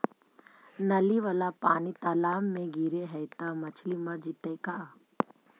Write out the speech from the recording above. नली वाला पानी तालाव मे गिरे है त मछली मर जितै का?